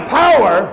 power